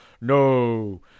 No